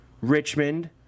Richmond